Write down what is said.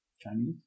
Chinese